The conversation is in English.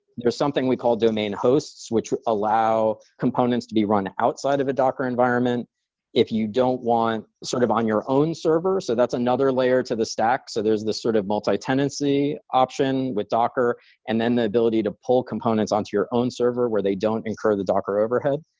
there's something we call domain hosts, which allow components to be run outside of a docker environment if you don't want, sort of on your own server. so that's another layer to the stack, so there's this sort of multi-tenancy option with docker and then the ability to pull components onto your own server where they don't incur the docker overhead.